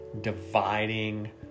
dividing